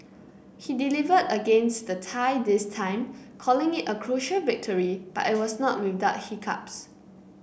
he delivered against the Thai this time calling it a crucial victory but it was not without hiccups